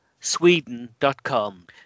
sweden.com